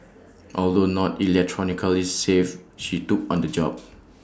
although not electronically savvy she took on the job